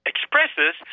expresses